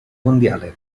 mondiale